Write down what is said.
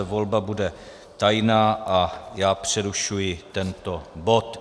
Volba bude tajná a já přerušuji tento bod.